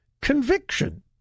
conviction